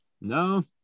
No